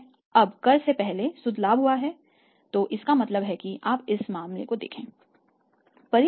हमें अब कर से पहले शुद्ध लाभ हुआ है तो इसका मतलब है कि आप इस मामले को देखेंगे